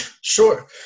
Sure